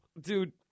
Dude